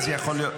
כמו שאתה יודע,